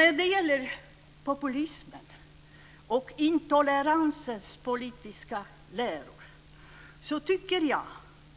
När det gäller populismens och intoleransens politiska läror tycker jag